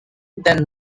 then